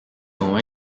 oma